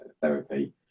therapy